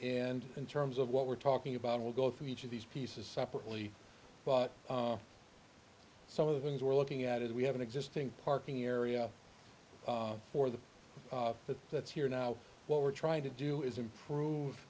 and in terms of what we're talking about will go through each of these pieces separately but some of the things we're looking at is we have an existing parking area for the that that's here now what we're trying to do is improve